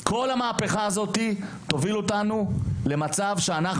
כל המהפכה הזאת תוביל אותנו למצב שלנו,